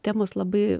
temos labai